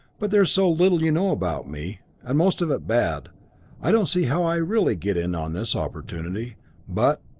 but there is so little you know about me and most of it bad i don't see how i really get in on this opportunity but,